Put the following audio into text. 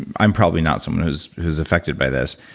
i'm probably not someone who's who's affected by this.